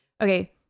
okay